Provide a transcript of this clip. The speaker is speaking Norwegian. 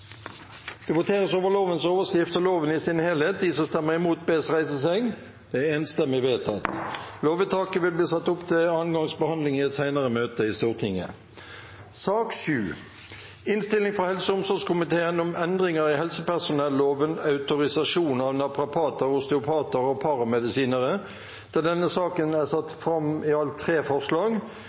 Det voteres over lovens overskrift og loven i sin helhet. Rødt har varslet at de vil stemme imot. Lovvedtaket vil bli ført opp til andre gangs behandling i et senere møte i Stortinget. Under debatten er det satt fram i alt to forslag.